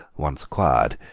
once acquired,